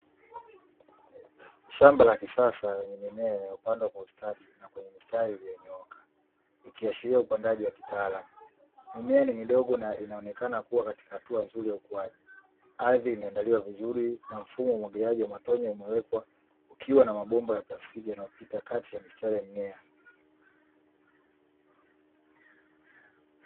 Shamba la kisasa lenye mimea iliyopandwa kwa ustadi na kwenye mistari iliyonyooka, ikiashiria upandaji wa kitaalamu. Mimea ni midogo na inaonekana kuwa katika hatua nzuri ya ukuaji. Ardhi imeandaliwa vizuri na mfumo wa umwagiliaji wa matone umewekwa ukiwa na mabomba ya plastiki yanayopita kati ya mistari ya mimea.